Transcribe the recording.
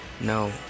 No